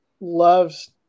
loves